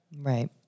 Right